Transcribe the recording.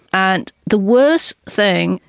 and the worst thing,